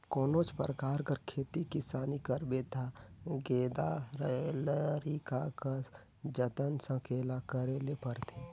कोनोच परकार कर खेती किसानी करबे ता गेदा लरिका कस जतन संकेला करे ले परथे